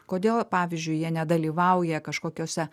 kodėl pavyzdžiui jie nedalyvauja kažkokiose